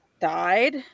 died